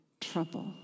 trouble